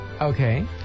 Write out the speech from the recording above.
Okay